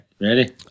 Ready